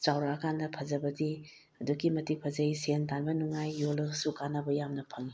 ꯆꯥꯎꯔꯛꯑꯀꯥꯟꯗ ꯐꯖꯕꯗꯤ ꯑꯗꯨꯛꯀꯤ ꯃꯇꯤꯛ ꯐꯖꯩ ꯁꯦꯟ ꯇꯥꯟꯕ ꯅꯨꯡꯉꯥꯏ ꯌꯣꯜꯂꯒꯁꯨ ꯀꯥꯟꯅꯕ ꯌꯥꯝꯅ ꯐꯪꯉꯤ